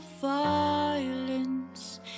violence